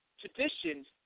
traditions